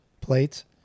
plates